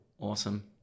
Awesome